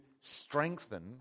strengthen